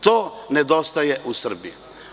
To nedostaje u Srbiji.